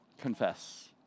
confess